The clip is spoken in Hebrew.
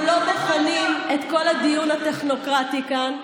אנחנו לא בוחנים את כל הדיון הטכנוקרטי כאן,